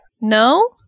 No